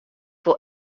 wol